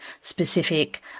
specific